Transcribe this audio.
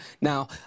Now